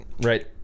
right